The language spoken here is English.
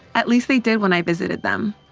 at least they did when i visited them.